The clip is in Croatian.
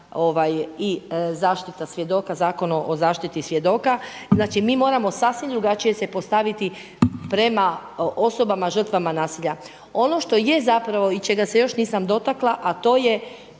i zaštita svjedoka, Zakon o zaštiti svjedoka. Znači, mi moramo sasvim drugačije se postaviti prema osobama žrtvama nasilja. Ono što je zapravo i čega se još nisam dotakla to je